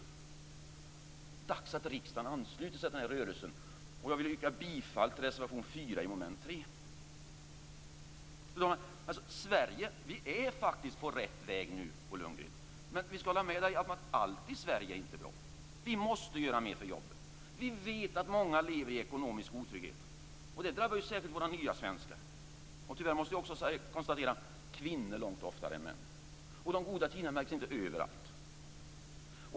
Det är dags att riksdagen ansluter sig till denna rörelse. Jag vill yrka bifall till reservation 4 under mom. 3. Fru talman! Sverige är faktiskt på rätt väg nu, men jag skall hålla med Bo Lundgren om att allt i Sverige inte är bra. Vi måste göra mer för jobben. Vi vet att många lever i ekonomisk otrygghet. Det drabbar särskilt våra nya svenskar. Tyvärr måste jag också konstatera att det drabbar kvinnor långt oftare än män. De goda tiderna märks inte överallt.